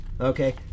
Okay